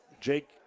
Jake